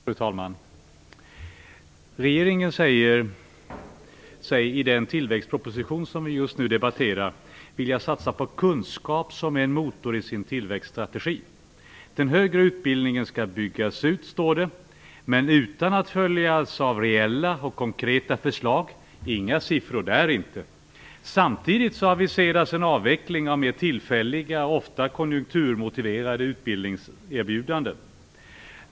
Fru talman! Regeringen säger sig i den tillväxtproposition som vi just nu debatterar vilja satsa på kunskap som en motor i sin tillväxtstrategi. Den högre utbildningen skall byggas ut, står det, men det följs inte av reella och konkreta förslag. Inga siffror där, inte! Samtidigt aviseras en avveckling av mer tillfälliga och ofta konjunkturmotiverade utbildningserbjudanden.